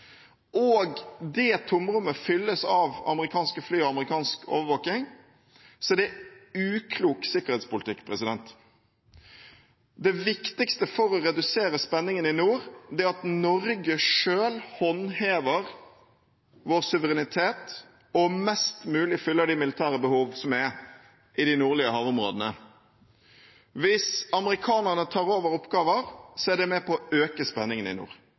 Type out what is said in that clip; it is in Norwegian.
viktigste for å redusere spenningen i nord er at Norge selv håndhever sin suverenitet og mest mulig fyller de militære behovene som finnes i de nordlige havområdene. Hvis amerikanerne tar over oppgaver, er det med på å øke spenningen i nord.